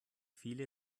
viele